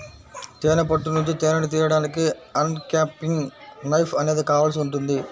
తేనె పట్టు నుంచి తేనెను తీయడానికి అన్క్యాపింగ్ నైఫ్ అనేది కావాల్సి ఉంటుంది